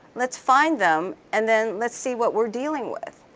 let's find them and then let's see what we're dealing with.